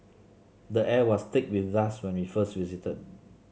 the air was thick with dust when we first visited